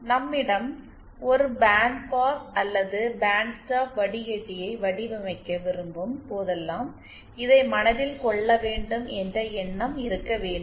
நம்மிடம் ஒரு band pass அல்லது பேண்ட் ஸ்டாப் வடிகட்டியை வடிவமைக்க விரும்பும் போதெல்லாம் இதை மனதில் கொள்ள வேண்டும் என்ற எண்ணம் இருக்க வேண்டும்